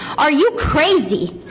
are you crazy?